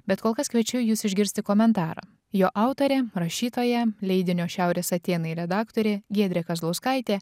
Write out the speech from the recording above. bet kol kas kviečiu jus išgirsti komentarą jo autorė rašytoja leidinio šiaurės atėnai redaktorė giedrė kazlauskaitė